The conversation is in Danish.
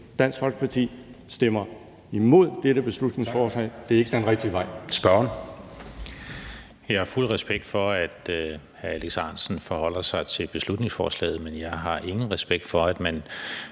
Dansk Folkeparti stemmer imod dette beslutningsforslag. Det er ikke den rigtige vej